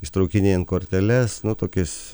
ištraukinėjant korteles nu tokis